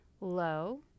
low